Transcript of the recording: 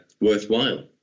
worthwhile